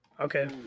Okay